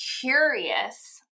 curious